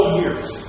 years